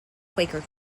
quaker